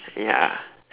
ya